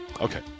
Okay